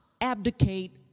abdicate